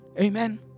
Amen